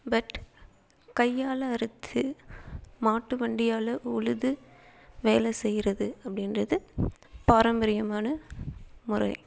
but கையால் அறுத்து மாட்டு வண்டியால் உழுது வேலை செய்கிறது அப்படின்றது பாரம்பரியமான முறை